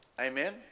amen